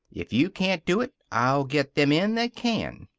if you can't do it, i'll get them in that can.